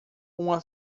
uma